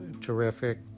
terrific